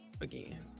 again